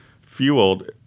fueled